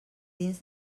dins